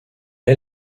est